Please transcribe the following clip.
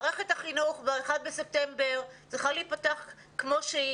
מערכת החינוך ב-1 בספטמבר צריכה להיפתח כפי שהיא.